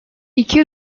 i̇ki